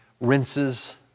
rinses